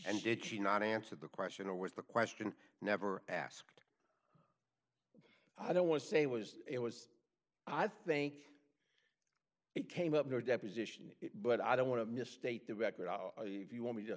and did she not answer the question or was the question never asked i don't want to say was it was i think it came up in her deposition but i don't want to misstate the record you want me to